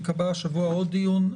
ייקבע השבוע עוד דיון,